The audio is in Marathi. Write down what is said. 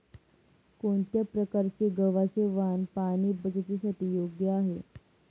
कोणत्या प्रकारचे गव्हाचे वाण पाणी बचतीसाठी योग्य आहे?